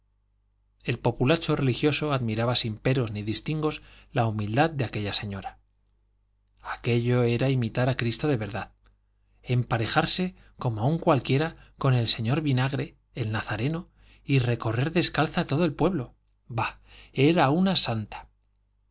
el populacho religioso admiraba sin peros ni distingos la humildad de aquella señora aquello era imitar a cristo de verdad emparejarse como un cualquiera con el señor vinagre el nazareno y recorrer descalza todo el pueblo bah era una santa